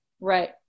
Right